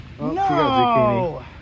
No